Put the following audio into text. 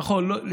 נכון,